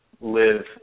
live